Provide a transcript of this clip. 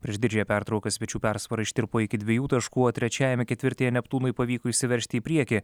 prieš didžiąją pertrauką svečių persvara ištirpo iki dviejų taškų o trečiajame ketvirtyje neptūnui pavyko išsiveržti į priekį